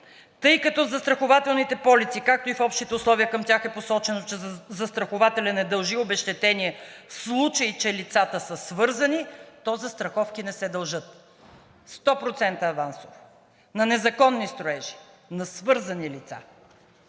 Тъй като застрахователните полици, както и в Общите условия към тях е посочено, че застрахователят не дължи обезщетение, в случай че лицата са свързани, то застраховки не се дължат – 100% авансово на незаконни строежи, на свързани лица.